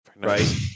Right